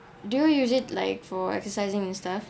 do you use it like for exercising and stuff